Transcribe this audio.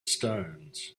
stones